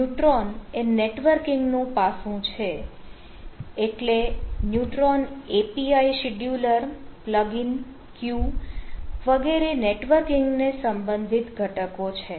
neutron એ networking નું પાસું છે એટલે neutron API scheduler plug in queue વગેરે નેટવર્કિંગ ને સંબંધિત ઘટકો છે